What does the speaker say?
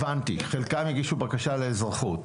הבנתי, חלקם הגישו בקשה לאזרחות.